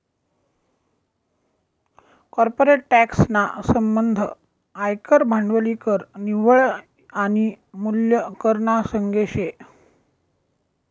corporate tax ना संबंध आयकर, भांडवली कर, निव्वळ आनी मूल्य कर ना संगे शे